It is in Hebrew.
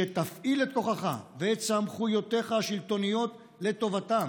שתפעיל את כוחך ואת סמכויותיך השלטוניות לטובתם